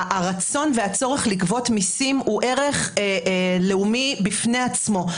הרצון והצורך לגבות מיסים הוא ערך לאומי בפני עצמו.